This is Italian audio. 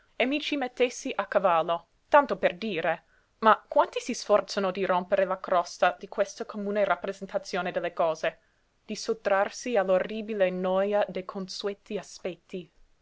e mi ci mettessi a cavallo tanto per dire ma quanti si sforzano di rompere la crosta di questa comune rappresentazione delle cose di sottrarsi all'orribile noja dei consueti aspetti